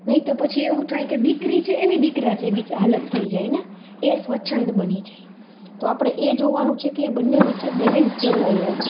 નઇ તો પછી એવું થાય કે દીકરી છે એની દીકરા જેવી જ હાલત થઈ જાય ને એ સ્વછંદી બની જાય તો આપણે એ જોવાનું છે કે એ બંને વચ્ચે બેલેન્સ જળવાઈ રહે